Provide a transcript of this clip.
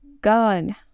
God